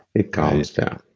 it calms down.